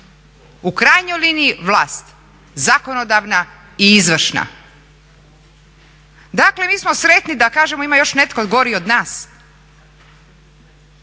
U krajnjoj liniji vlast, zakonodavna i izvršna. Dakle mi smo sretni da kažemo ima još netko gori od nas.